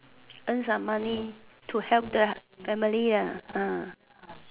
earn some money to help the family ah ah